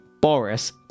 Boris